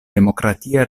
demokratia